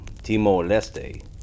Timor-Leste